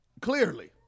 Clearly